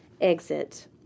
Exit